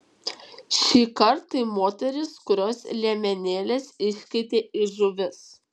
šįkart tai moterys kurios liemenėles iškeitė į žuvis